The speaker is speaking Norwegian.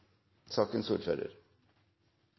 sakens ordfører